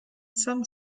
some